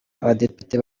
abadepite